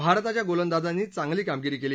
भारताच्या गोलंदाजांनी चांगली कामगिरी केली